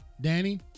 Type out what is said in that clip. Danny